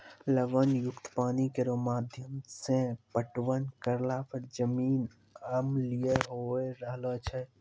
लवण युक्त पानी केरो माध्यम सें पटवन करला पर जमीन अम्लीय होय रहलो छै